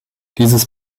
dieses